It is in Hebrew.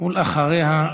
אחריה,